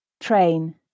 Train